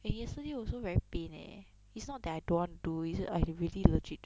then yesterday also very pain eh it's not that I don't want do is I really legit